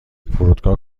فرودگاه